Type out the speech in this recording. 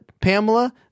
Pamela